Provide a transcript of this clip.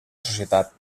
societat